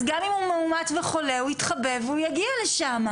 אז גם אם הוא מאומת וחולה הוא התחבא והוא יגיע לשם.